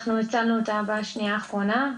אנחנו הצלנו אותה בשנייה האחרונה,